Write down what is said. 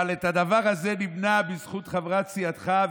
אבל הדבר הזה נמנע בזכות חברת סיעתך,